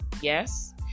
Yes